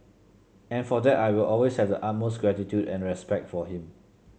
and for that I will always have the utmost gratitude and respect for him